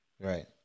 Right